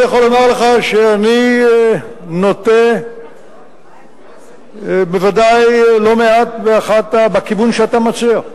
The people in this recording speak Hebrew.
אני יכול לומר לך שאני נוטה בוודאי לא מעט בכיוון שאתה מציע.